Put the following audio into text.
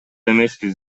эмеспиз